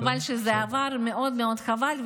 חבל שזה עבר, מאוד מאוד חבל.